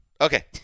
Okay